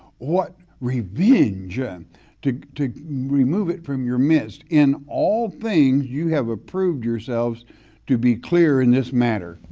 what revenge and to to remove it from your midst in all things you have approved yourselves to be clear in this matter.